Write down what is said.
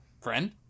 friend